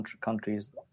countries